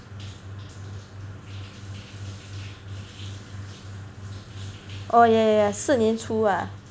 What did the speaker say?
oh yeah yeah yeah 四年初 lah